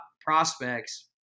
prospects